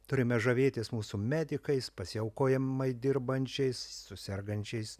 turime žavėtis mūsų medikais pasiaukojamai dirbančiais su sergančiais